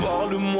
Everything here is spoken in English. parle-moi